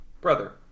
brother